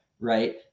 right